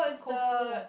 Koufu